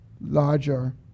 larger